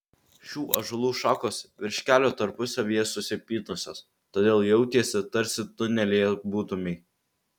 šių ąžuolų šakos virš kelio tarpusavyje susipynusios todėl jautiesi tarsi tunelyje būtumei